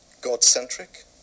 God-centric